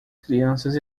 crianças